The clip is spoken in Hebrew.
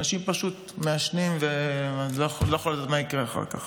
אנשים פשוט מעשנים ולא חושבים מה יקרה אחר כך.